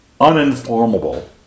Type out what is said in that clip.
uninformable